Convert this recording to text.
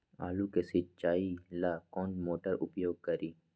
आलू के सिंचाई ला कौन मोटर उपयोग करी?